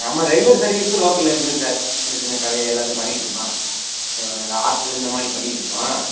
நம்ம regular service லோக்கலில் இருக்குது சார் சின்னச் சின்ன கடைகள் எல்லாத்துக்கும் பண்ணிகிட்ருக்கோம் ஆ ஹாஸ்டலு இந்த மாரி பண்ணிகிட்ருக்கோம்